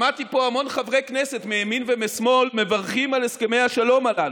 שמעתי פה המון חברי כנסת מימין ומשמאל מברכים על הסכמי השלום הללו.